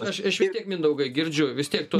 aš vis tiek mindaugai girdžiu vis tiek